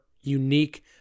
unique